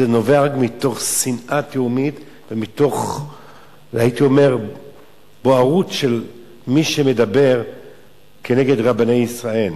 זה נובע רק מתוך שנאה תהומית ומתוך בערות של מי שמדבר כנגד רבני ישראל.